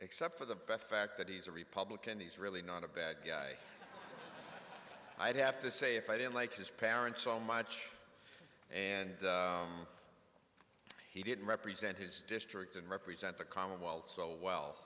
except for the best fact that he's a republican he's really not a bad guy i'd have to say if i didn't like his parents so much and he didn't represent his district and represent the commonwealth so well